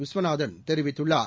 விஸ்வநாதன் தெரிவித்துள்ளார்